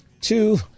Two